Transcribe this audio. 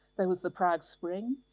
there was the prague spring.